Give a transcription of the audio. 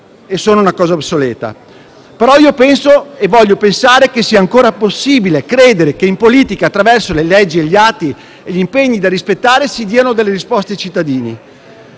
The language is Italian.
siano una cosa obsoleta, ma penso e voglio pensare che sia ancora possibile credere che in politica, attraverso le leggi, gli atti e gli impegni da rispettare, si diano delle risposte ai cittadini.